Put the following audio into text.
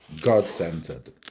God-centered